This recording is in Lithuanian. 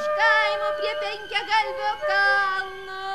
iš kaimo prie penkiagalvio kalno